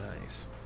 nice